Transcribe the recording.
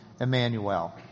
Emmanuel